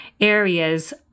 areas